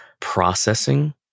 processing